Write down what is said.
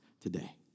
today